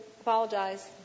apologize